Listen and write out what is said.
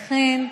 לכן,